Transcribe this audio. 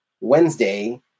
Wednesday